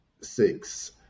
six